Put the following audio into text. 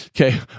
Okay